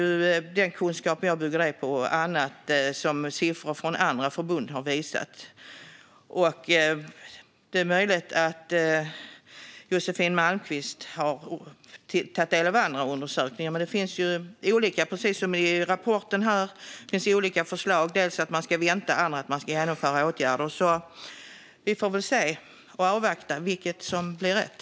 Min kunskap bygger på detta och på siffror som andra förbund har visat. Det är möjligt att Josefin Malmqvist har tagit del av andra undersökningar. Det finns ju olika förslag, precis som framgår i rapporten. En del handlar om att vänta medan andra handlar om att vidta åtgärder. Vi får se och avvakta vad som är rätt.